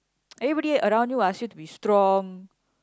everybody around you ask you to be strong